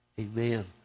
Amen